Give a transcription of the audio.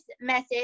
message